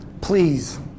please